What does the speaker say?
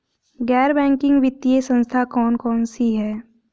गैर बैंकिंग वित्तीय संस्था कौन कौन सी हैं?